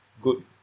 good